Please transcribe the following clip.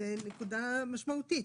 זו נקודה משמעותית.